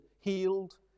healed